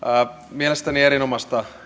mielestäni erinomaista